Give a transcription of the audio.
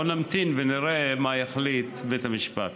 בוא נמתין ונראה מה יחליט בית המשפט.